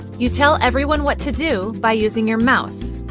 you tell everyone what to do by using your mouse,